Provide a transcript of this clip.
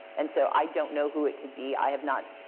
and so i don't know who it could be. i have not